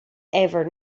ever